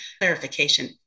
clarification